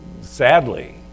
sadly